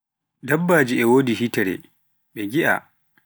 Dabbaji e wodi hiteere mbe giia.